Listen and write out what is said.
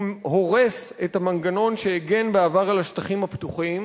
הוא הורס את המנגנון שהגן בעבר על השטחים הפתוחים